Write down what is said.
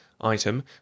Item